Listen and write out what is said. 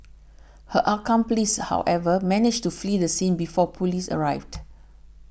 her accomplice however managed to flee the scene before police arrived